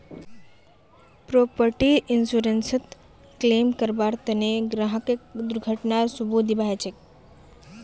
property इन्शुरन्सत claim करबार तने ग्राहकक दुर्घटनार सबूत दीबा ह छेक